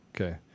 Okay